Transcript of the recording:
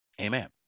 Amen